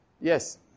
Yes